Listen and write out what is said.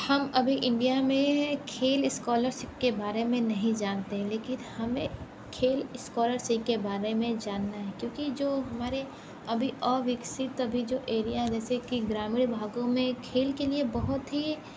हम अभी इंडिया में खेल स्कॉलरसिप के बारे में नहीं जानते हैं लेकिन हमें खेल स्कॉलरसिप के बारे में जानना है क्योंकि जो हमारे अभी आविकसित अभी जो एरिया हैं जैसे कि ग्रामीण भागों में खेल के लिए बहुत ही